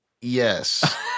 Yes